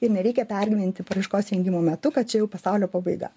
ir nereikia pergyventi paraiškos rengimo metu kad čia jau pasaulio pabaiga